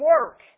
work